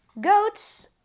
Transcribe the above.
Goats